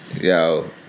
yo